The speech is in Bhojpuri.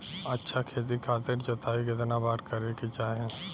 अच्छा खेती खातिर जोताई कितना बार करे के चाही?